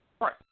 Right